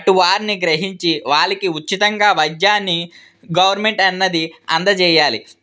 అటు వారిని గ్రహించి వాళ్ళకి ఉచితంగా వైద్యాన్ని గవర్నమెంట్ అన్నది అందచేయాలి